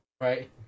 right